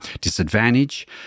disadvantage